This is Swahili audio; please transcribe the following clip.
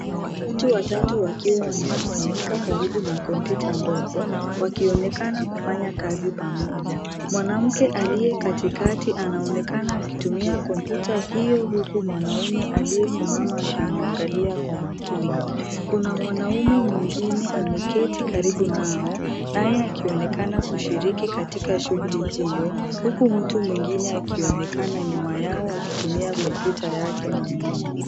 Watu watatu wakiwa wamekusanyika karibu na kompyuta ndogo wakionekana kufanya kazi pamoja. Mwanamke aliyekatikati anaonekana akitumia kompyuta hiyo huku mwanaume aliyesimama akimwangalia kwa makini. Kuna mwanaume mwingine ameketi karibu nao naye akionekana kushiriki katika shughuli hiyo huku mtu mwingine akionekana nyuma yao akitumia kompyuta yake mwenyewe.